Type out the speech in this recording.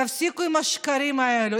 תפסיקו עם השקרים האלה,